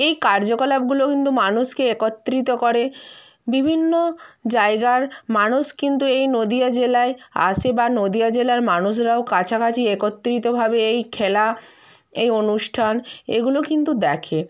এই কার্যকলাপগুলো কিন্তু মানুষকে একত্রিত করে বিভিন্ন জায়গার মানুষ কিন্তু এই নদীয়া জেলায় আসে বা নদীয়া জেলার মানুষরাও কাছাকাছি একত্রিতভাবে এই খেলা এই অনুষ্ঠান এগুলো কিন্তু দেখে